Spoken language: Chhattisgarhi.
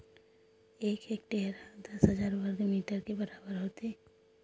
एक हेक्टेअर हा दस हजार वर्ग मीटर के बराबर होथे